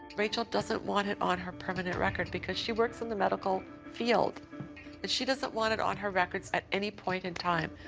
rachel doesn't want it on her permanent record because she works in the medical field. and she doesn't want it on her records at any point in time,